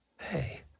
Hey